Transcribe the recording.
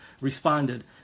responded